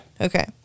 Okay